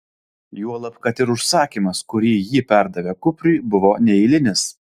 juolab kad ir užsakymas kurį ji perdavė kupriui buvo neeilinis